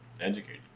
educated